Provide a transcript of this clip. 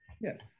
Yes